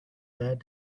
that